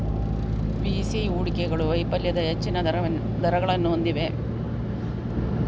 VC ಹೂಡಿಕೆಗಳು ವೈಫಲ್ಯದ ಹೆಚ್ಚಿನ ದರಗಳನ್ನು ಹೊಂದಿವೆ